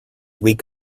week